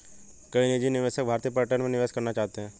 कई निजी निवेशक भारतीय पर्यटन में निवेश करना चाहते हैं